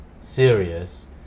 serious